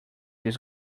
this